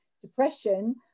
depression